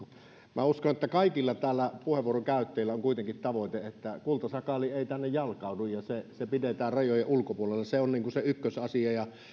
minä uskon että kaikilla täällä puheenvuoron käyttäneillä on kuitenkin tavoite että kultasakaali ei tänne jalkaudu ja se se pidetään rajojen ulkopuolella se on se ykkösasia